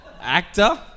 Actor